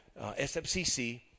SFCC